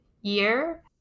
year